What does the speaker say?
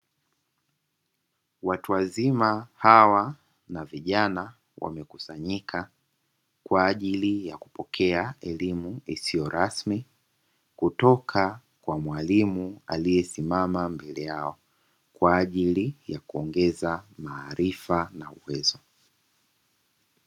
Watu wazima hawa na vijana wamekusanyika kwa ajili ya kupokea elimu isiyo rasmi, kutoka kwa mwalimu aliyesimama mbele yao kwa ajili ya kuongeza maarifa na uwezo.